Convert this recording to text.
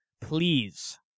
please